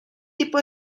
tipo